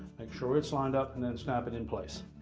make sure it's lined up and then snap it in place.